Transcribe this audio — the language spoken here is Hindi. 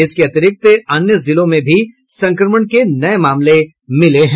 इसके अतिरिक्त अन्य जिलों में भी संक्रमण के नये मामले मिले हैं